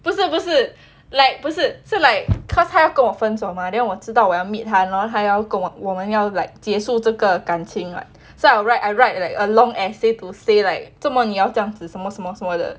不是不是 like 不是 so like cause 他要跟我分手 mah then 我知道我要 meet 他 lor then 他要跟我们要 like 结束这个感情 [what] so I'll write I write like a long essay to say like 做莫你要这样子什么什么的